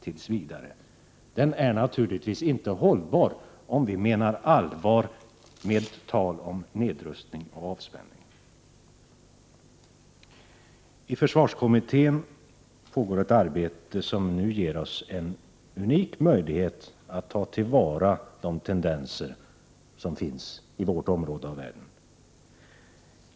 En sådan politik är inte hållbar om vi menar allvar med vårt tal om nedrustning och avspänning. Det pågår i försvarskommittén ett arbete som nu ger oss en unik möjlighet att ta till vara den tendens till utveckling som skett i vår del av världen.